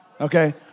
Okay